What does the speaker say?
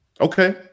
Okay